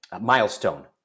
milestone